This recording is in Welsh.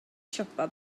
siopa